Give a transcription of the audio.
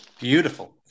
Beautiful